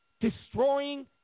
Destroying